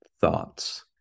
thoughts